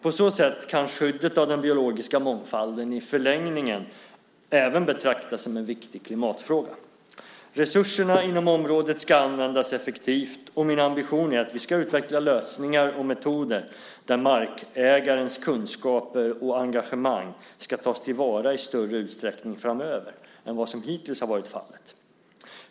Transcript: På så sätt kan skyddet av den biologiska mångfalden i förlängningen även betraktas som en viktig klimatfråga. Resurserna inom området ska användas effektivt, och min ambition är att vi ska utveckla lösningar och metoder där markägarens kunskaper och engagemang ska tas till vara i större utsträckning framöver än vad som hittills varit fallet.